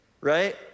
right